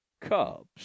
Cubs